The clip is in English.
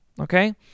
okay